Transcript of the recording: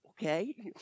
okay